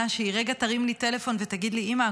שהיא רגע תרים לי טלפון ותגיד לי: אימא,